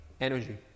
energy